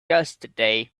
yesterday